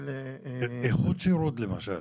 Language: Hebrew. איכות שירות, למשל.